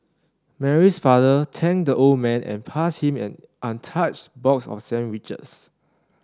Mary's father thanked the old man and passed him an untouched box of sandwiches